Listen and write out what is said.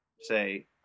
say